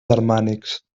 germànics